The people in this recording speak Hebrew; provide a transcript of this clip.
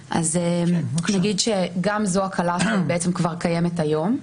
נגיד שגם זו הקלה שכבר קיימת היום.